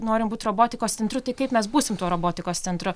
norim būt robotikos centru tai kaip mes būsim tuo robotikos centru